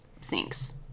sinks